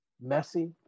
messy